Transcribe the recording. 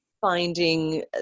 finding